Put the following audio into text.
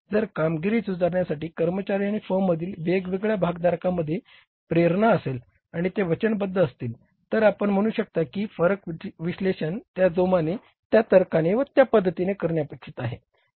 जर कामगिरी सुधारण्यासाठी कर्मचारी आणि फर्ममधील वेगवेगळ्या भागधारकांमध्ये प्रेरणा असेल आणि ते वचनबद्ध असतील तर आपण म्हणू शकता की फरक विश्लेषण त्या जोमाने त्या तर्काने व त्या पद्धतीने करणे अपेक्षित आहे